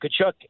Kachuk